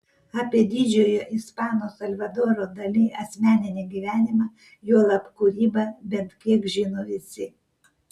apie didžiojo ispano salvadoro dali asmeninį gyvenimą juolab kūrybą bent kiek žino visi